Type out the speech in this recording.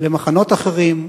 למחנות אחרים.